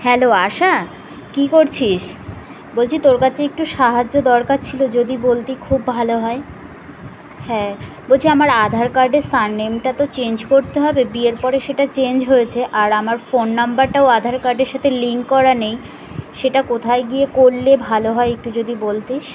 hello Asha কী করছিস বলছি তোর কাছে একটু সাহায্য দরকার ছিল যদি বলতিস খুব ভালো হয় হ্যাঁ বলছি আমার আধার কার্ডের সারনেমটা তো চেঞ্জ করতে হবে বিয়ের পরে সেটা চেঞ্জ হয়েছে আর আমার ফোন নাম্বারটাও আধার কার্ডের সাথে লিঙ্ক করা নেই সেটা কোথায় গিয়ে করলে ভালো হয় একটু যদি বলতিস